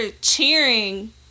cheering